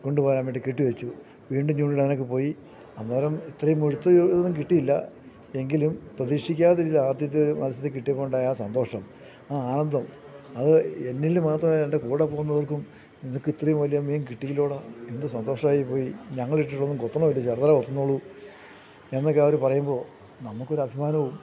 കൊണ്ടു പോരാൻ വേണ്ടി കെട്ടിവച്ചു വീണ്ടും ചൂണ്ടയിടാനൊക്കെ പോയി അന്നേരം ഇത്രയും മുഴുത്തതും എവിടുന്നും കിട്ടിയില്ല എങ്കിലും പ്രതീക്ഷിക്കാതെ ഇത് ആദ്യത്തെ മത്സ്യം കിട്ടിയപ്പോള് ഉണ്ടായ ആ സന്തോഷം ആ ആനന്ദം അത് എന്നില് മാത്രമേ എൻ്റെ കൂടെ പോകുന്നവർക്കും നിനക്ക് ഇത്രയും വലിയ മീൻ കിട്ടിയല്ലോടാ എന്തു സന്തോഷമായിപ്പോയി ഞങ്ങളിട്ടിട്ടൊന്നും കൊത്തണോ ഇല്ല ചെറുതല്ലേ കൊത്തുന്നുള്ളൂ എന്നൊക്കെ അവര് പറയുമ്പോള് നമുക്കൊരു അഭിമാനവും